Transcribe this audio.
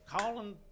Colin